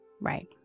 Right